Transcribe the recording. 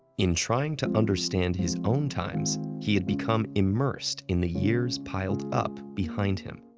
in trying to understand his own times, he had become immersed in the years piled up behind him.